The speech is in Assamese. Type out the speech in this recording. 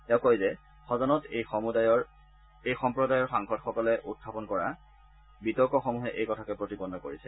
তেওঁ কয় যে সদনত এই সমুদায়ৰ সাংসদসকলে উখাপন কৰা বিতৰ্কসমূহে এই কথাকে প্ৰতিপন্ন কৰিছে